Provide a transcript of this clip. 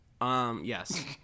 Yes